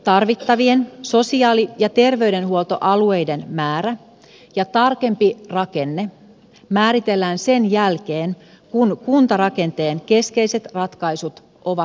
tarvittavien sosiaali ja terveydenhuoltoalueiden määrä ja tarkempi rakenne määritellään sen jälkeen kun kuntarakenteen keskeiset ratkaisut ovat selvillä